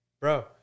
Bro